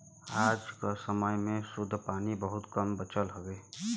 आज क समय में शुद्ध पानी बहुत कम बचल हउवे